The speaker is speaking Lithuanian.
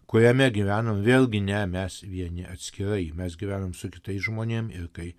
kuriame gyvenam vėlgi ne mes vieni atskirai mes gyvenam su kitais žmonėm kai